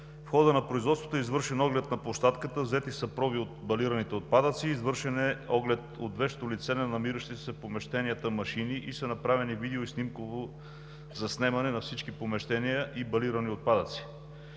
В хода на производството е извършен оглед на площадката, взети са проби от балираните отпадъци, извършен е оглед от вещо лице на намиращите се в помещенията машини, направено е видео и снимково заснемане на всички помещения и балирани отпадъци.